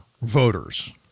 voters